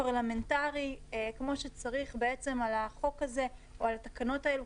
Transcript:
פרלמנטרי כמו שצריך על החוק הזה או על התקנות האלה.